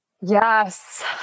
Yes